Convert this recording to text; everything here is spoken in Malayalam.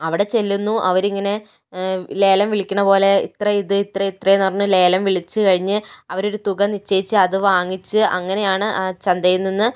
അവിടെ ചെല്ലുന്നു അവരിങ്ങനെ ലേലം വിളിക്കണ പോലെ ഇത്ര ഇത് ഇത്ര ഇത്രയെന്ന് പറഞ്ഞ് ലേലം വിളിച്ച് കഴിഞ്ഞ് അവരൊരു തുക നിശ്ചയിച്ച് അത് വാങ്ങിച്ച് അങ്ങനെയാണ് ആ ചന്തയിൽ നിന്ന്